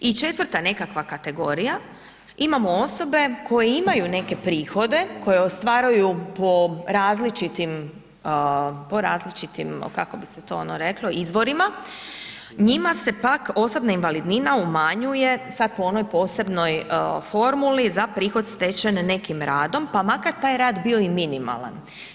I 4. nekakva kategorija, imamo osobe koje imaju neke prihode, koje ostvaruju po različitim, kako bi se to ono reklo, izvorima, njima se pak osobna invalidnina umanjuje, sad po onoj posebnoj formuli za prihod stečen nekim radom pa makar taj rad bio i minimalan.